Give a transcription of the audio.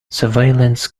surveillance